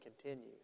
continue